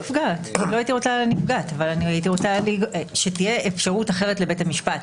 לא הייתי רוצה על הנפגעת אבל אני רוצה שתהיה אפשרות אחרת לבית המשפט.